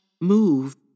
move